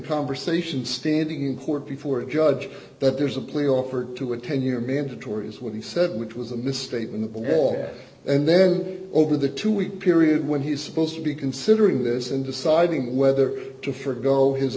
conversation standing in court before a judge that there's a plea offer to a ten year mandatory is what he said which was a misstatement and then over the two week period when he's supposed to be considering this and deciding whether to forego his